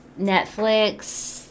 Netflix